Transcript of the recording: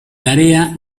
tarea